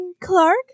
Clark